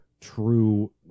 true